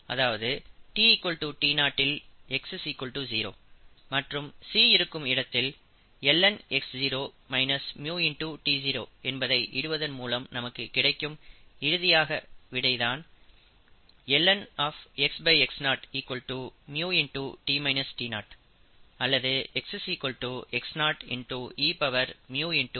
அதாவது t t0 வில் x 0 மற்றும் c இருக்கும் இடத்தில் ln x0 µ t0 என்பதை இடுவதன் மூலம் நமக்கு கிடைக்கும் இறுதியாக விடை தான் lnxx0 µ அல்லது x x0 eµt - t0